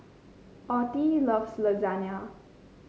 Ottie loves Lasagna